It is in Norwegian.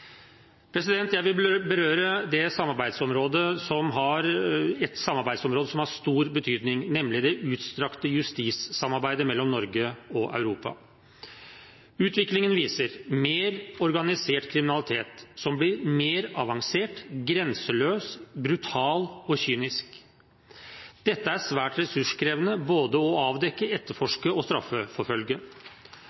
Jeg vil berøre ett samarbeidsområde som har stor betydning, nemlig det utstrakte justissamarbeidet mellom Norge og Europa. Utviklingen viser mer organisert kriminalitet som blir mer avansert, grenseløs, brutal og kynisk. Dette er svært ressurskrevende både å avdekke, etterforske og straffeforfølge.